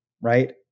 Right